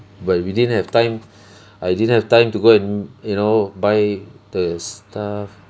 but we didn't have time I didn't have time to go and you know buy the stuff